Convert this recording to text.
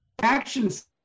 Actions